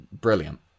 brilliant